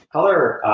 color